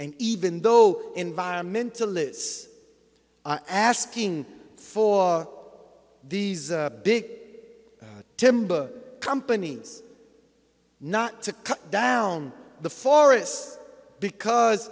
and even though environmentalists are asking for these big timber companies not to cut down the forests because